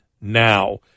now